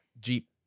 Jeep